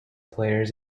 players